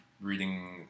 reading